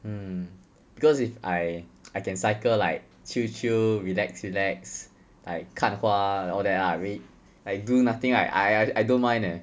mm because if I I can cycle like chill chill relax relax like 看花 and all that ah I mean like do nothing right I I don't mind eh